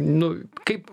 nu kaip